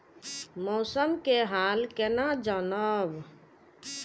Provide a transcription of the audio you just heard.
मौसम के हाल केना जानब?